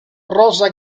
rosa